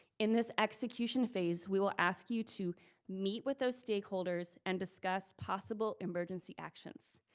in this execution phase, we will ask you to meet with those stakeholders and discuss possible emergency actions.